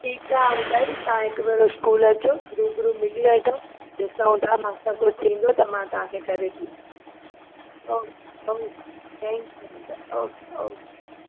ठीकु आहे अंकल तव्हां हिकु बार स्कूल अचो रूबरू मिली वठो ॾीसूं था मूं सां कुझु थींदो त मां तव्हांखे करे ॾींदमि ओ ओ थैंक्यू अंकल ओके ओके